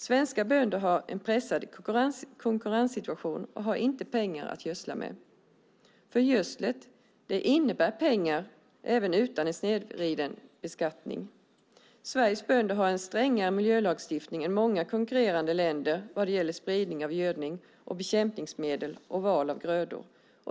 Svenska bönder har en pressad konkurrenssituation och har inte pengar att gödsla med. Gödsel kostar pengar även utan en snedvriden beskattning. Sveriges bönder har en strängare miljölagstiftning än många konkurrerande länder vad gäller spridning av gödning och bekämpningsmedel och val av grödor.